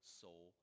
soul